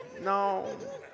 No